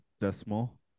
decimal